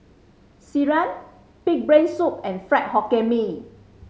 sireh pig brain soup and Fried Hokkien Mee